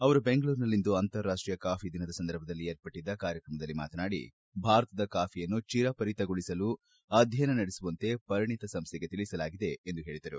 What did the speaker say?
ಅವರು ಬೆಂಗಳೂರಿನಲ್ಲಿಂದು ಅಂತಾರಾಷ್ಟೀಯ ಕಾಫಿದಿನದ ಸಂದರ್ಭವಾಗಿ ಏರ್ಪಟ್ಟಿದ್ದ ಕಾರ್ಯಕ್ರಮದಲ್ಲಿ ಮಾತನಾಡಿ ಭಾರತದ ಕಾಫಿಯನ್ನು ಚಿರಪರಿಚಿತಗೊಳಿಸಲು ಅಧ್ಯಯನ ನಡೆಸುವಂತೆ ಪರಿಣತ ಸಂಸ್ಥೆಗೆ ತಿಳಿಸಲಾಗಿದೆ ಎಂದು ಹೇಳಿದರು